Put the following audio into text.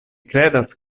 kredas